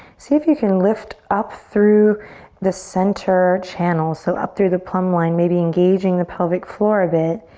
see if you can lift up through the center channel, so up through the plumb line, maybe engaging the pelvic floor a bit.